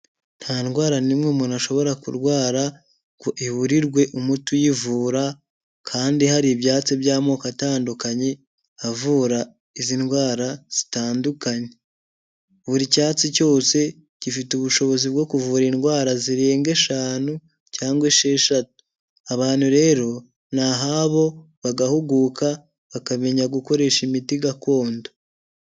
Nta ndwara n'imwe umuntu ashobora kurwara ngo iburirwe umuti uyivura kandi hari ibyatsi by'amoko atandukanye avura izi ndwara zitandukanye, buri cyatsi cyose gifite ubushobozi bwo kuvura indwara zirenga eshanu cyangwa esheshatu abantu rero ni ahabo bagahuguka bakamenya gukoresha imiti gakondo.